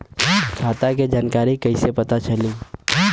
खाता के जानकारी कइसे पता चली?